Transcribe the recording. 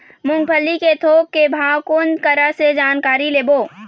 मूंगफली के थोक के भाव कोन करा से जानकारी लेबो?